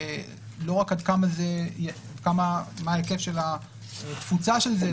לא רק מה ההיקף של התפוצה של זה,